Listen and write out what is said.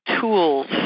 tools